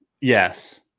yes